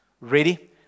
ready